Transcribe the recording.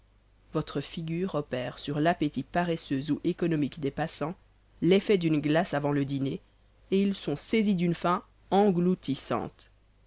votre figure opère sur l'appétit paresseux ou économique des passans l'effet d'une glace avant le dîner et ils sont saisis d'une faim engloutissante